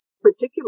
particular